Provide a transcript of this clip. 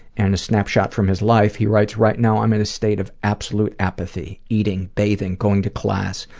and a snapshot from his life, he writes right now i'm in a state of absolute apathy. eating, bathing, going to class.